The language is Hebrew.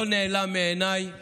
לא נעלם מעיניי